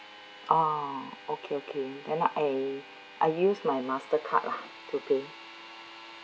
uh okay okay then I I use my mastercard lah to pay